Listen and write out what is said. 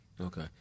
Okay